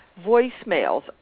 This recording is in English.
voicemails